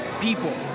people